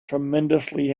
tremendously